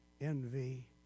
envy